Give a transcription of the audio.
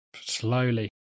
slowly